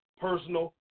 personal